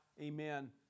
amen